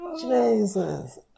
Jesus